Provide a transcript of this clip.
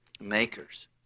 makers